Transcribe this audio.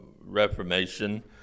reformation